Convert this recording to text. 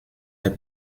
les